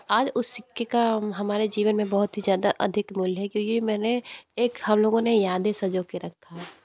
आज उस सिक्के का हमारे जीवन में बहुत ही ज़्यादा अधिक मूल्य है क्योंकि मैंने एक हम लोगों ने यादें संजो के रखा है